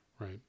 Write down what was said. right